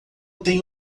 tenho